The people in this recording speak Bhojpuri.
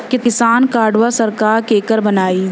किसान कार्डवा सरकार केकर बनाई?